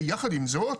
יחד עם זאת,